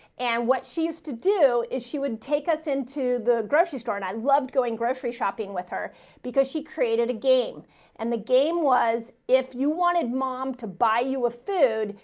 and what she used to do is she would take us into the grocery store and i loved going grocery shopping with her because she created a game and the game was. if you wanted mom to buy you a food,